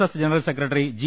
S general secretary G